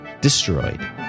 destroyed